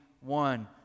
one